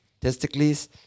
Testicles